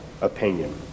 opinion